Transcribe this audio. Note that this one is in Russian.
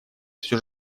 все